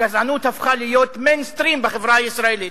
הגזענות הפכה להיות "מיינסטרים" בחברה הישראלית,